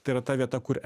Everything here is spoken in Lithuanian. tai yra ta vieta kur